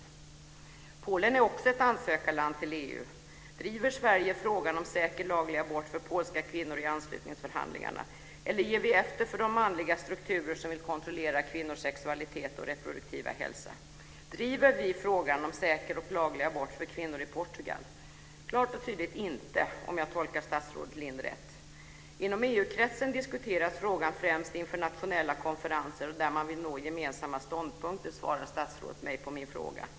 Också Polen är ett land som ansöker till EU. Driver Sverige frågan om säker laglig abort för polska kvinnor i anslutningsförhandlingarna? Eller ger vi efter för de manliga strukturer som vill kontrollera kvinnors sexualitet och reproduktiva hälsa? Driver vi frågan om säker och laglig abort för kvinnor i Portugal? Klart och tydligt inte, om jag tolkar statsrådet Lindh rätt. "Inom EU-kretsen diskuteras frågan främst inför internationella konferenser och där man vill nå gemensamma ståndpunkter", svarar statsrådet mig på min fråga.